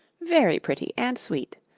very pretty and sweet.